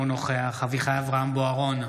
אינו נוכח אביחי אברהם בוארון,